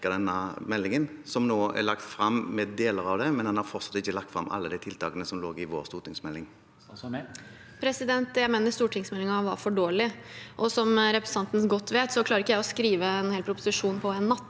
denne meldingen? Det er nå lagt frem deler av den, men en har fortsatt ikke lagt frem alle de tiltakene som lå i vår stortingsmelding. Statsråd Emilie Mehl Jeg mener stor- tingsmeldingen var for dårlig. Som representanten godt vet, klarer ikke jeg å skrive en hel proposisjon på en natt,